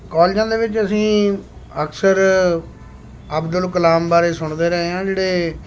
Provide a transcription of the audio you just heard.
ਕੋਲਜਾਂ ਦੇ ਵਿੱਚ ਅਸੀਂ ਅਕਸਰ ਅਬਦੁਲ ਕਲਾਮ ਬਾਰੇ ਸੁਣਦੇ ਰਹੇ ਹਾਂ ਜਿਹੜੇ